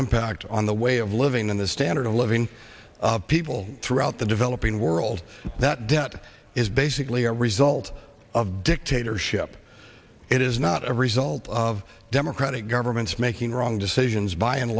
impact on the way of living in the standard of living of people throughout the developing world that debt is basically a result of dictatorship it is not a result of democratic governments making wrong decisions by and